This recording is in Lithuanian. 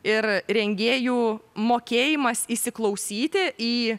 ir rengėjų mokėjimas įsiklausyti į